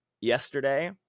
yesterday